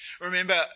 Remember